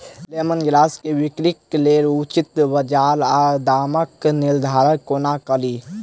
Lemon grass केँ बिक्रीक लेल उचित बजार आ दामक निर्धारण कोना कड़ी?